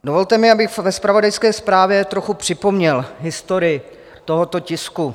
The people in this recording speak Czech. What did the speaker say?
Dovolte mi, abych ve zpravodajské zprávě trochu připomněl historii tohoto tisku.